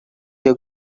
your